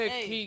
Hey